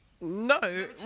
No